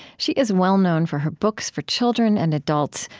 she is well known for her books for children and adults,